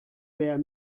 wer